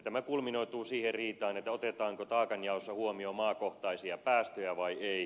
tämä kulminoituu siihen riitaan että otetaanko taakanjaossa huomioon maakohtaisia päästöjä vai ei